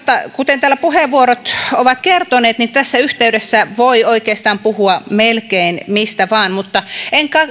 kuten täällä puheenvuorot ovat kertoneet niin tässä yhteydessä voi oikeastaan puhua melkein mistä vain mutta en